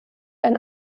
ein